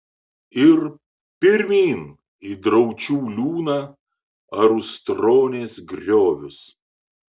ir pirmyn į draučių liūną ar ustronės griovius